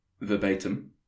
verbatim